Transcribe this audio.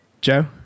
Joe